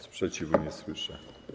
Sprzeciwu nie słyszę.